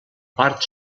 part